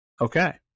Okay